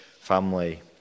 family